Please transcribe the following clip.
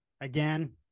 again